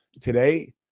Today